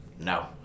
No